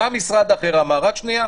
בא משרד אחר ואמר: רק שנייה,